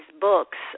books